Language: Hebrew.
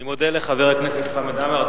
אני מודה לחבר הכנסת חמד עמאר.